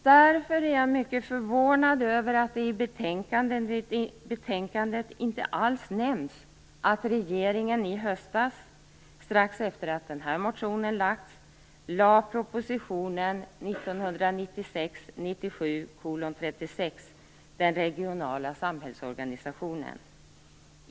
Jag är därför mycket förvånad över att det i betänkandet inte alls nämns att regeringen i höstas strax efter att den här motionen väckts lade fram proposition 1996/97:36 Den regionala samhällsorganisationen.